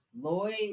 Lloyd